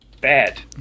Bad